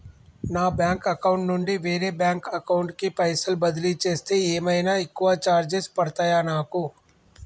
నా bank account నుండి వేరే బ్యాంక్ అకౌంట్ కి పైసల్ బదిలీ చేస్తే ఏమైనా ఎక్కువ చార్జెస్ పడ్తయా నాకు?